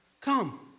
Come